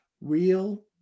real